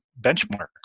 benchmarks